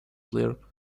player